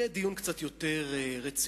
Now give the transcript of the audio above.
יהיה דיון קצת יותר רציני,